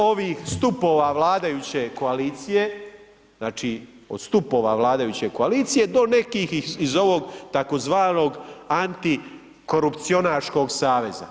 Od ovih stupova vladajuće koalicije znači od stupova vladajuće koalicije do nekih iz ovog tzv. antikorupcionaškog saveza.